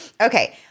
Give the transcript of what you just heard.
Okay